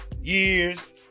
years